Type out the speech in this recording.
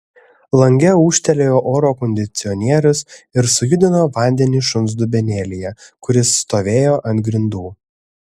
lange ūžtelėjo oro kondicionierius ir sujudino vandenį šuns dubenėlyje kuris stovėjo ant grindų